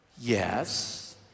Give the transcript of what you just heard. Yes